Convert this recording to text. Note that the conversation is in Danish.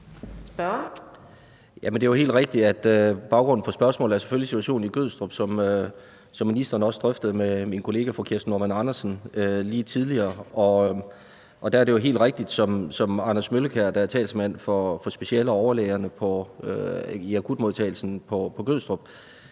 baggrunden for spørgsmålet selvfølgelig er situationen i Gødstrup, som ministeren også drøftede med min kollega, fru Kirsten Normann Andersen, tidligere. Der er det jo helt rigtigt, hvad Anders Møllekær, der er talsmand for special- og overlægerne i akutmodtagelsen på Gødstrup,